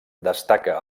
destaca